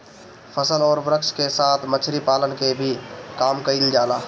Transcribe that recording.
फसल अउरी वृक्ष के साथ मछरी पालन के भी काम कईल जाला